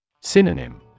Synonym